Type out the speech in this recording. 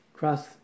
Cross